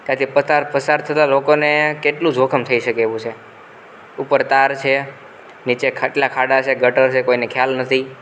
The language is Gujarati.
કારણ કે પસાર થતાં લોકોને કેટલું જોખમ થઈ શકે એવું છે ઉપર તાર છે નીચે ખાટલા ખાડા છે ગટર છે કોઈને ખ્યાલ નથી